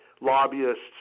lobbyists